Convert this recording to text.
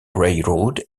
railroad